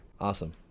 Awesome